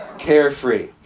carefree